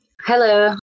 Hello